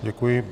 Děkuji.